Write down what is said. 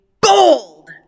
bold